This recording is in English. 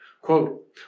quote